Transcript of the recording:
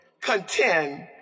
contend